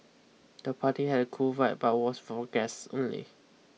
the party had a cool vibe but was for guests only